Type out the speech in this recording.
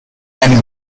and